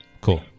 Cool